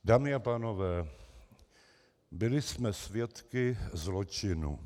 Dámy a pánové, byli jsme svědky zločinu.